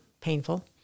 painful